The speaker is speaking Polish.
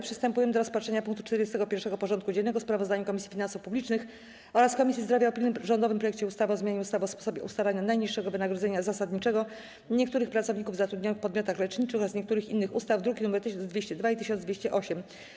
Przystępujemy do rozpatrzenia punktu 41. porządku dziennego: Sprawozdanie Komisji Finansów Publicznych oraz Komisji Zdrowia o pilnym rządowym projekcie ustawy o zmianie ustawy o sposobie ustalania najniższego wynagrodzenia zasadniczego niektórych pracowników zatrudnionych w podmiotach leczniczych oraz niektórych innych ustaw (druki nr 1202 i 1208)